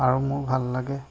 আৰু মোৰ ভাল লাগে